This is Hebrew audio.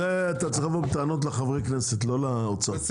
אתה צריך לבוא בטענות לחברי הכנסת, לא לאוצר,